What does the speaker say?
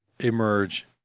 Emerge